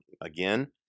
again